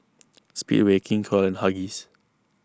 Speedway King Koil and Huggies